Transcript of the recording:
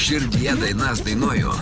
širdyje dainas dainuoju